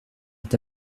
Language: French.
est